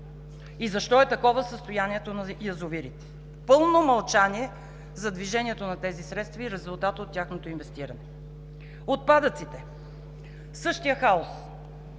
и защо е такова състоянието на язовирите? Пълно мълчание за движението на тези средства и резултата от тяхното инвестиране. Отпадъците – същия хаос.